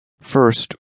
First